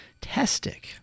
testic